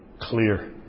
clear